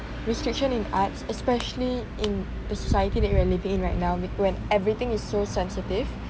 restriction in arts especially in the society that we're living in right now when everything is so sensitive